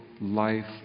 life